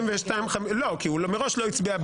תודה רבה